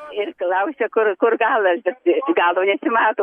ir klausia kur kur galas bet galo nesimato